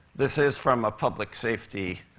this is from a public safety